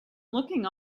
looking